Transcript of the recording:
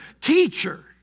Teacher